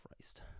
Christ